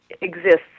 exists